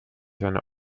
seine